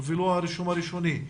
אפילו הרישום הראשוני.